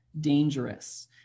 dangerous